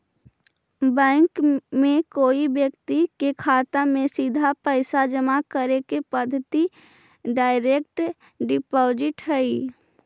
bank में कोई व्यक्ति के खाता में सीधा पैसा जमा करे के पद्धति डायरेक्ट डिपॉजिट हइ